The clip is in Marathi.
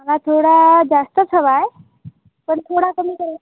मला थोडा जास्तच हवा आहे पण थोडा कमी कर